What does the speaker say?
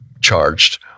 charged